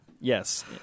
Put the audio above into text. Yes